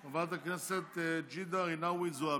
חברת הכנסת ג'ידא רינאוי זועבי.